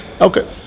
Okay